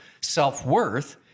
self-worth